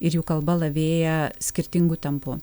ir jų kalba lavėja skirtingu tempu